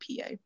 PA